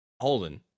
Holden